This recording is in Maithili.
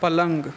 पलङ्ग